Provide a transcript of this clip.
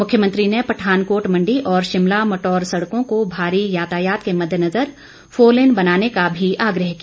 उन्होंने पठानकोट मंडी और शिमला मटोर सड़कों को भारी यातायात के मद्देनजर फोरलेन बनाने का भी आग्रह किया